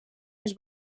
els